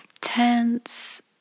tense